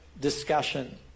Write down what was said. discussion